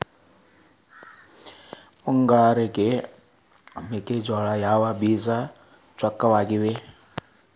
ಮುಂಗಾರಿಗೆ ಗೋಂಜಾಳ ಯಾವ ಬೇಜ ಚೊಕ್ಕವಾಗಿವೆ?